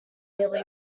nearly